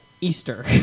Easter